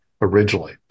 originally